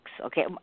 Okay